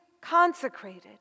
consecrated